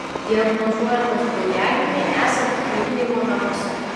diagnozuojamas naujagimiui esant gimdymo namuose